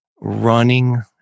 running